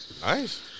Nice